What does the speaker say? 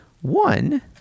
one